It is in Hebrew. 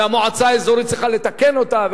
והמועצה האזורית צריכה לתקן אותה,